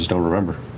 don't remember.